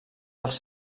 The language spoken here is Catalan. dels